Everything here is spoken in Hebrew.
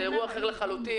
זה אירוע אחר לחלוטין,